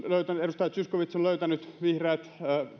edustaja zyskowicz on löytänyt vihreät